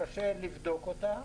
קשה לבדוק אותה,